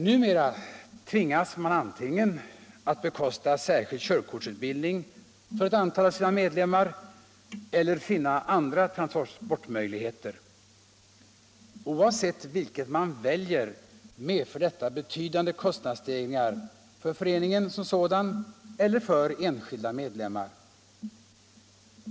Numera tvingas man antingen att bekosta särskild körkortsutbildning för ett antal av sina medlemmar eller finna andra transportmöjligheter. Oavsett vilken utväg man väljer medför detta betydande kostnadsstegringar för föreningen som sådan eller för enskilda medlemmar.